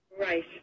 Right